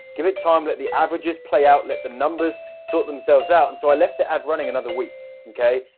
give it time that the averages play out let the numbers sort themselves out and so i left the ad running another week, okay?